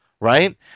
Right